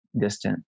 distant